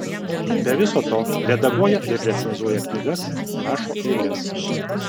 be viso to redaguoja ir recenzuoja knygas rašo eiles